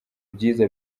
byiza